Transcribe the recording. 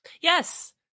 Yes